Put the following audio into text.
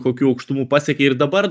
kokių aukštumų pasiekė ir dabar